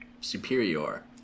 Superior